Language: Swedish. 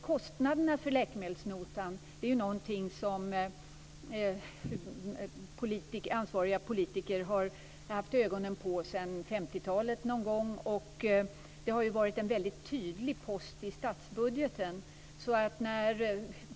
Kostnaderna för läkemedelsnotan är någonting som ansvariga politiker har haft ögonen på sedan någon gång på 1950-talet. Det har varit en väldigt tydlig post i statsbudgeten.